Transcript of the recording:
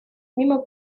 мимо